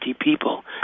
people